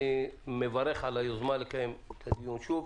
אני מברך על היוזמה לקיים שוב את הדיון.